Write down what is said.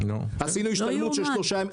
עשינו השתלמות של שלושה ימים.